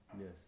Yes